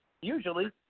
usually